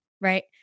Right